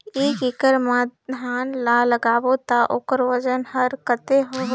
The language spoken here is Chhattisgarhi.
एक एकड़ मा धान ला लगाबो ता ओकर वजन हर कते होही?